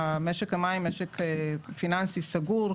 משק המים הוא משק פיננסי סגור,